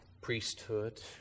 priesthood